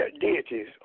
deities